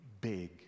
big